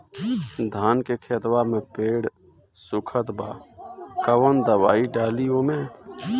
धान के खेतवा मे पेड़ सुखत बा कवन दवाई डाली ओमे?